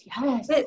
Yes